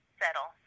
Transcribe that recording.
settle